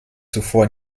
zuvor